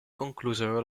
conclusero